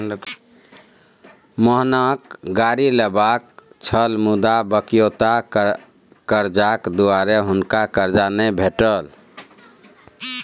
मोहनकेँ गाड़ी लेबाक छल मुदा बकिऔता करजाक दुआरे हुनका करजा नहि भेटल